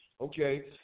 Okay